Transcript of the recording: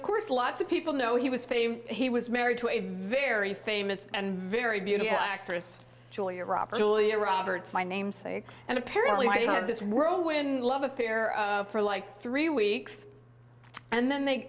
of course lots of people know he was famed he was married to a very famous and very beautiful actress julia roberts my namesake and apparently this whirlwind love affair for like three weeks and then they